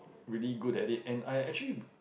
really good at it and I actually